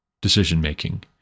decision-making